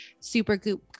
Supergoop